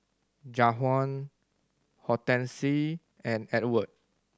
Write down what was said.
Jajuan Hortense and Edward